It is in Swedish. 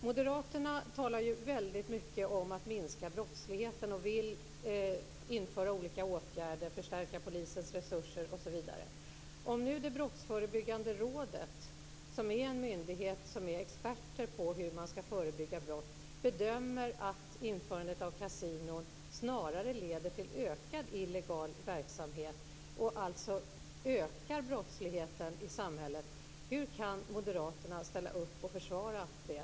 Moderaterna talar ju väldigt mycket om att minska brottsligheten och vill vidta åtgärder som att förstärka polisens resurser, osv. Om Brottsförebyggande rådet, som är en myndighet som är expert på hur man skall förebygga brott, bedömer att införandet av kasinon snarare leder till ökad illegal verksamhet än minskad och alltså ökar brottsligheten i samhället - hur kan Moderaterna då ställa upp och försvara det?